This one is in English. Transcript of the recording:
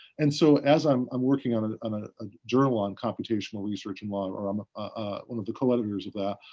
and so, as i'm i'm working on ah a ah ah journal on computational research in law, or i'm one of the co-editors of that,